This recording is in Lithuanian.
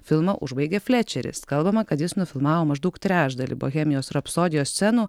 filmą užbaigė flečeris kalbama kad jis nufilmavo maždaug trečdalį bohemijos rapsodijos scenų